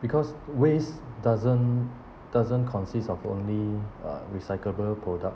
because waste doesn't doesn't consist of only uh recyclable product